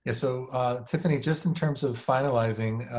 so tiffany, just in terms of finalizing,